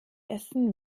essen